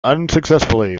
unsuccessfully